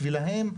בשבילם,